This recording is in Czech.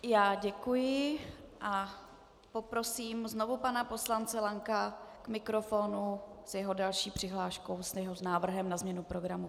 Já děkuji a poprosím znovu pana poslance Lanka k mikrofonu s jeho další přihláškou, s jeho návrhem na změnu programu.